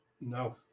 No